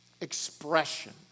expression